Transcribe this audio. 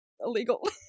illegal